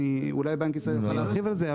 אולי בנק ישראל יוכל להרחיב על זה,